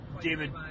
David